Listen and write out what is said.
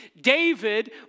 David